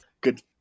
Good